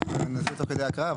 אני אנסה תוך כדי הקראה,